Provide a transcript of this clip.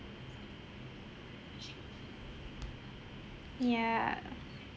ya